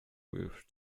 with